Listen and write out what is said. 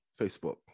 Facebook